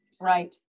Right